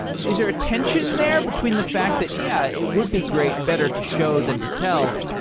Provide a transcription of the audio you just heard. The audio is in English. is there a tension there between the fact that yeah, it would be great, better to show than to tell,